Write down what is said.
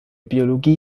biologie